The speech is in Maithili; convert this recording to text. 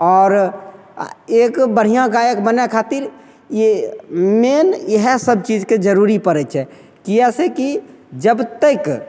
आओर एक बढ़िआँ गायक बनै खातिर इएह मेन इएह सबचीजके जरूरी पड़ै छै किएक से कि जब तक